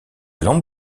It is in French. lampe